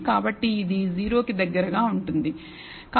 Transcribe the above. కాబట్టి ఇది 0 కి దగ్గరగా ఉంటుంది